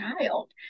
child